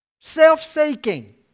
Self-seeking